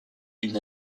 une